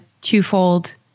twofold